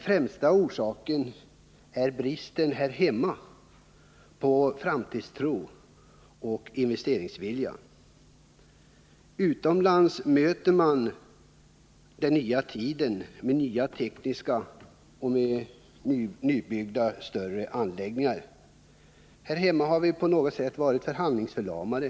Främsta orsaken är I dock bristen här hemma på framtidstro och investeringsvilja. Utomlands 131 möter man ”den nya tiden” med ny teknik och med nybyggda större anläggningar. Här hemma har vi på något sätt varit handlingsförlamade.